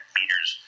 meters